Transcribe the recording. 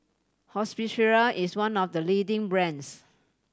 Hospicare is one of the leading brands